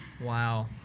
Wow